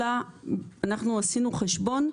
אנחנו עשינו חשבון: